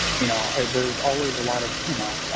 you know. there's always a lot of, you know,